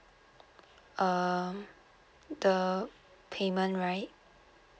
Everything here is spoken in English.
um the payment right